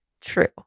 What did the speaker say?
true